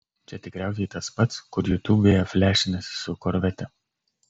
čia tikriausiai tas pats kur jutubėje flešinasi su korvete